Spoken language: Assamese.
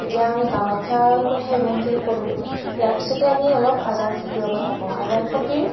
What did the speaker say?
এতিয়া আমি কামাখ্যাৰ কথা ইমানখিনি ক'লোঁ ইয়াৰ পিছতে আমি অলপ আজান ফকীৰৰ কথা কওঁ আজান ফকীৰ